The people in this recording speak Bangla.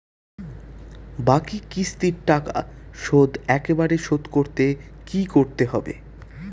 বাকি কিস্তির টাকা শোধ একবারে শোধ করতে কি করতে হবে?